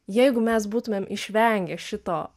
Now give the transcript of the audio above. jeigu mes būtumėm išvengę šito